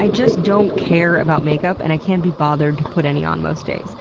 i just don't care about makeup and i can't be bothered to put any on most days.